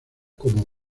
como